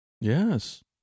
Yes